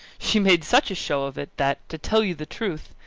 she made such a show of it, that, to tell you the truth,